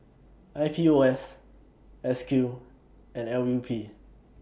I P O S S Q and L U P